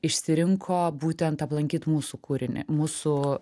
išsirinko būtent aplankyt mūsų kūrinį mūsų